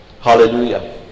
Hallelujah